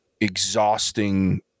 exhausting